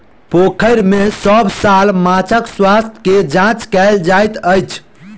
पोखैर में सभ साल माँछक स्वास्थ्य के जांच कएल जाइत अछि